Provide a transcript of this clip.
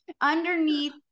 underneath